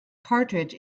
cartridge